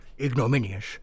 ignominious